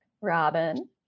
Robin